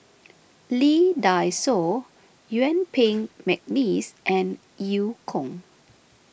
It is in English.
Lee Dai Soh Yuen Peng McNeice and Eu Kong